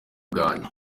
bwanjye